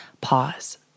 Pause